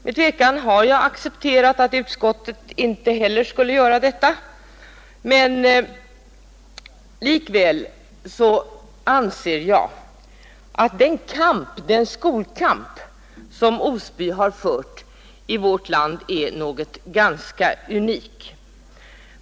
Med tvekan har jag accepterat att utskottet inte heller skulle göra detta, men likväl anser jag att den kamp, den skolkamp, som Osby har fört är ganska unik.